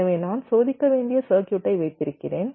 எனவே நான் சோதிக்க வேண்டிய சர்க்யூட்டை வைத்திருக்கிறேன்